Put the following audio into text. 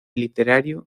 literario